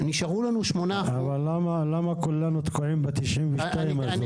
למה כולנו תקועים ב-92 הזה?